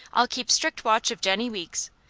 i'll keep strict watch of jennie weeks.